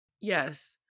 Yes